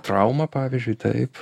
trauma pavyzdžiui taip